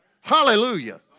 Hallelujah